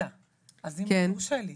אתם לא שם,